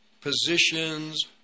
positions